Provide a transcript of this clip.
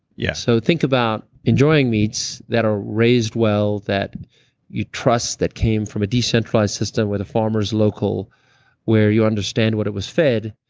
yeah so think about enjoying meats that are raised well that you trust that came from a decent farm system where the farmer is local where you understand what it was fed.